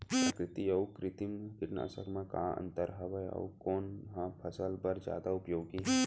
प्राकृतिक अऊ कृत्रिम कीटनाशक मा का अन्तर हावे अऊ कोन ह फसल बर जादा उपयोगी हे?